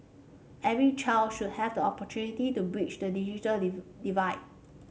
every child should have the opportunity to bridge the digital divide